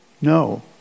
No